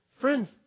Friends